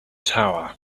tower